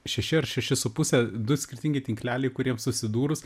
šeši ar šeši su puse du skirtingi tinkleliai kuriems susidūrus